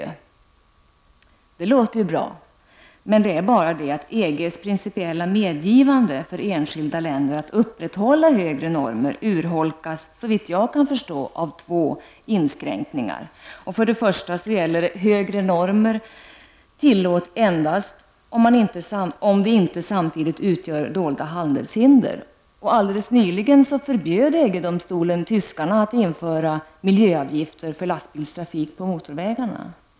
Ja, det låter ju bra, men det är bara så att EGs principiella medgivande för enskilda länder att upprätthålla högre normer urholkas, såvitt jag kan förstå, av två inskränkningar. För det första så tillåts endast högre normer om de inte samtidigt utgör dolda handelshinder. Nyligen förbjöd EG-domstolen tyskarna att införa miljöavgifter för lastbilstrafik på motorvägarna.